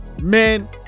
Man